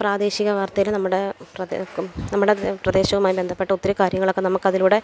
പ്രാദേശികവാർത്തയിൽ നമ്മുടെ പ്രദേശം നമ്മുടെ പ്രദേശവുമായി ബന്ധപ്പെട്ട് ഒത്തിരി കാര്യങ്ങളൊക്കെ നമുക്കതിലൂടെ